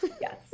Yes